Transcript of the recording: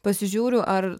pasižiūriu ar